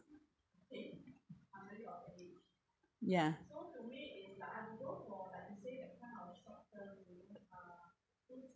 ya